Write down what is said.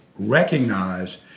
recognize